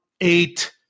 eight